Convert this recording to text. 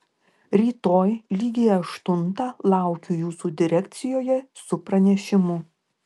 rytoj lygiai aštuntą laukiu jūsų direkcijoje su pranešimu